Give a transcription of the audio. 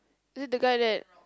is it the guy that